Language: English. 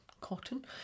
Cotton